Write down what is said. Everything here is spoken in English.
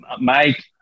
Mike